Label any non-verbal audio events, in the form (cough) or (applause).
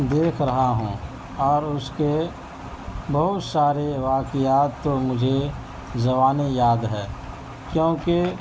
دیکھ رہا ہوں اور اس کے بہت سارے واقعات تو مجھے زبانی یاد ہے کیونکہ (unintelligible)